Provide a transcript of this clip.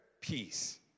peace